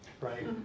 right